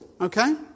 Okay